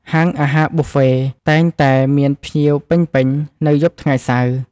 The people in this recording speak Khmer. ហាងអាហារប៊ូហ្វេ (Buffet) តែងតែមានភ្ញៀវពេញៗនៅយប់ថ្ងៃសៅរ៍។